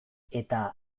eta